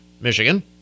michigan